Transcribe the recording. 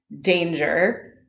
danger